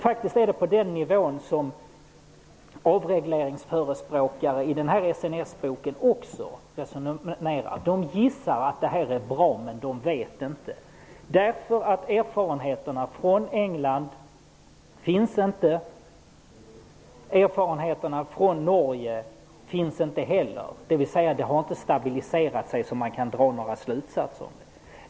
Faktiskt är det på den nivån som avregleringsförespråkare i SNS-boken också resonerar. De gissar att detta är bra, men de vet inte. Erfarenheterna från England finns inte, erfarenheterna från Norge finns inte heller, dvs. avregleringen har inte stabiliserat sig så att man kan dra några slutsatser.